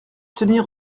tenir